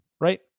right